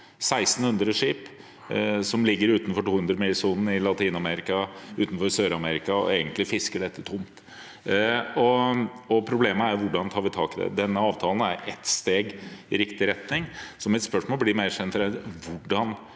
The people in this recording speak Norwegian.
1 600 skip som ligger utenfor 200-milssonen i LatinAmerika, utenfor Sør-Amerika, og egentlig fisker området tomt. Problemet er: Hvordan tar vi tak i det? Denne avtalen er et steg i riktig retning, så mitt spørsmål blir mer generelt: